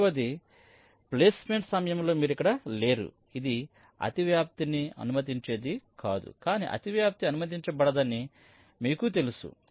రెండవది ప్లేస్మెంట్ సమయంలో మీరు ఇక్కడ లేరు ఇది అతివ్యాప్తిని అనుమతించేది కాదు కానీ అతివ్యాప్తి అనుమతించబడదని మీకు తెలుసు